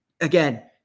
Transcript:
Again